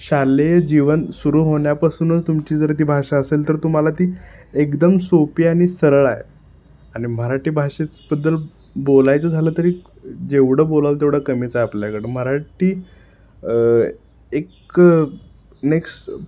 शालेय जीवन सुरू होण्यापासूनच तुमची जर ती भाषा असेल तर तुम्हाला ती एकदम सोपी आणि सरळ आहे आणि मराठी भाषेच बद्दल बोलायचं झालं तरी जेवढं बोलाल तेवढं कमीच आहे आपल्याकडं मराठी एक नेक्स